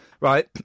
right